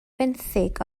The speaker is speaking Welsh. fenthyg